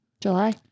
July